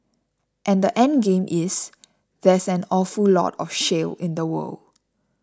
and the endgame is there's an awful lot of shale in the world